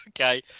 okay